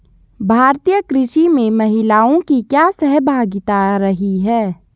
भारतीय कृषि में महिलाओं की क्या सहभागिता रही है?